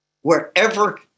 wherever